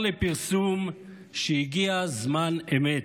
הותר לפרסום שהגיע זמן אמת.